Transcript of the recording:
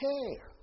Care